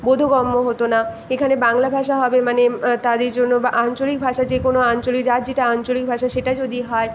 বোধগম্য হতো না এখানে বাংলা ভাষা হবে মানে তাদের জন্য বা আঞ্চলিক ভাষা যে কোনো আঞ্চলিক যার যেটা আঞ্চলিক ভাষা সেটা যদি হয়